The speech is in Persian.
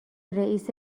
رئیست